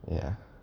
ya